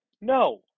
No